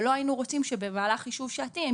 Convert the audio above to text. ולא היינו רוצים שבמהלך חישוב שעתי הם